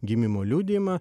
gimimo liudijimą